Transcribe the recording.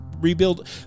rebuild